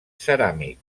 ceràmic